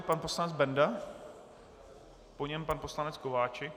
Pan poslanec Benda, po něm pan poslanec Kováčik.